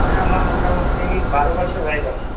সেটা আমার মোটামুটি বারো বছর হয়ে গেছে